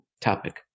topic